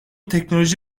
teknoloji